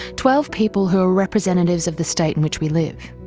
twelve people, who are representatives of the state in which we live.